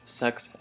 sex